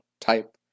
type